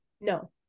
No